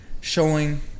showing